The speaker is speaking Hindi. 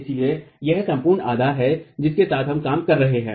इसलिए यह संपूर्ण आधार है जिसके साथ हम काम कर रहे हैं